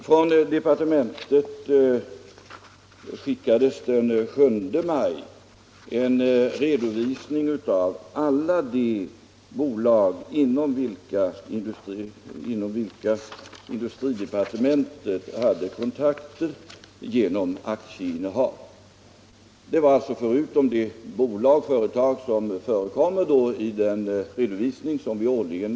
Från departementet skickades den 7 maj en redovisning av alla de bolag inom vilka industridepartementet hade kontakter genom aktieinnehav, vid sidan av de företag som tas upp i den årliga redovisning som vi lämnar.